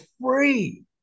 free